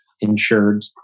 insured